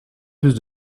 plus